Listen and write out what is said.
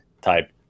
type